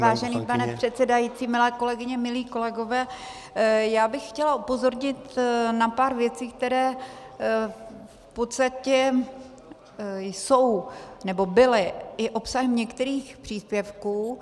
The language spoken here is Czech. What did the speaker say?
Vážený pane předsedající, milé kolegyně, milí kolegové, já bych chtěla upozornit na pár věcí, které v podstatě jsou nebo byly obsahem některých příspěvků.